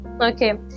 okay